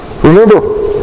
remember